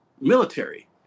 military